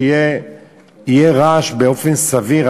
שיהיה רעש סביר,